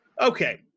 Okay